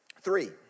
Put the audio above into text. Three